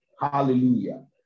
Hallelujah